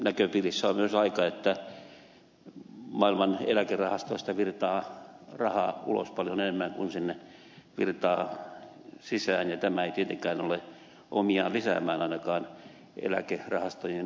näköpiirissä on myös aika että maailman eläkerahastoista virtaa rahaa ulos paljon enemmän kuin sinne virtaa sisään ja tämä ei tietenkään ole omiaan lisäämään ainakaan eläkerahastojen sijoitustuottoja